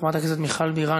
חברת הכנסת מיכל בירן,